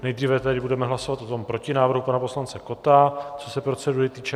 Nejdříve tedy budeme hlasovat o tom protinávrhu pana poslance Kotta co se procedury týče.